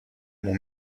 mon